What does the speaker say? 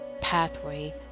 pathway